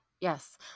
yes